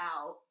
out